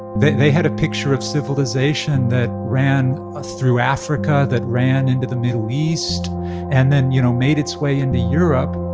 they they had a picture of civilization that ran ah through africa, that ran into the middle east and then, you know, made its way into europe